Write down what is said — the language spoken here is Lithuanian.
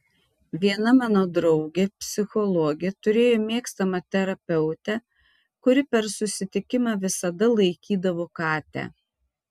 viena mano draugė psichologė turėjo mėgstamą terapeutę kuri per susitikimą visada laikydavo katę